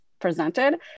presented